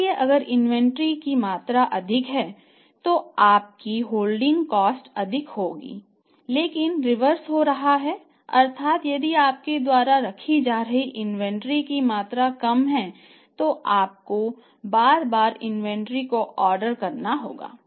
इसलिए अगर इन्वेंट्री की मात्रा अधिक है तो आपकी होल्डिंग कॉस्ट अधिक है लेकिन रिवर्स हो रहा है अर्थात यदि आपके द्वारा रखी जा रही इन्वेंट्री की मात्रा कम है तो आपको बार बार इन्वेंट्री को ऑर्डर करना होगा